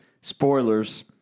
Spoilers